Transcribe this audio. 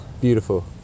beautiful